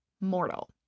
mortal